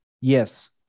Yes